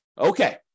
Okay